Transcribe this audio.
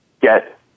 get